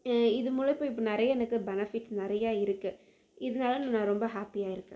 இது முழுக்க இப்போ நிறைய எனக்கு பெனஃபிட் நிறைய இருக்குது இதனால நான் ரொம்ப ஹாப்பியாக இருக்கேன்